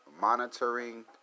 monitoring